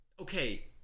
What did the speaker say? okay